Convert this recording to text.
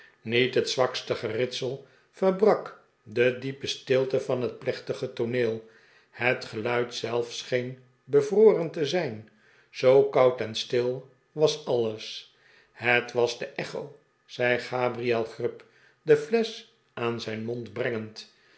niet het zwakste geritsel verbrak de d'iepe stiltevan het plechtige tooneel het geluid zelf scheen bevroren te zijn zoo koud en stil was alles rr het was de echo zei gabriel grub de flesch aan zijn mond brengend